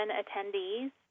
attendees